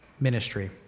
ministry